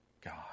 God